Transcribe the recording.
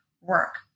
work